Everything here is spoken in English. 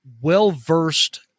well-versed